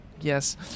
Yes